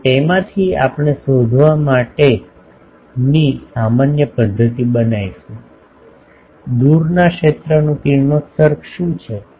અને તેમાંથી આપણે શોધવા માટેની સામાન્ય પદ્ધતિ બનાવીશું દૂર ના ક્ષેત્ર નું કિરણોત્સર્ગ શું છે